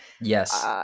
Yes